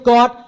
God